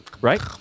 right